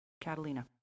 Catalina